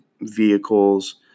vehicles